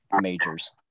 majors